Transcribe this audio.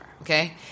Okay